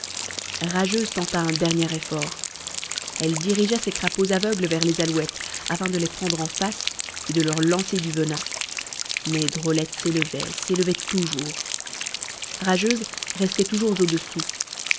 rageuse tenta un dernier effort elle dirigea ses crapauds aveugles vers les alouettes afin de les prendre en face et de leur lancer du venin mais drôlette s'élevait s'élevait toujours rageuse restait toujours au-dessous